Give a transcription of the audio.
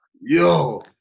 Yo